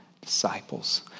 disciples